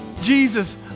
Jesus